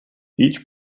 each